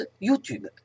YouTube